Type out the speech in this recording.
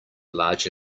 large